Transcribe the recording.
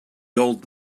old